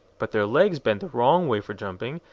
but their legs bend the wrong way for jumping,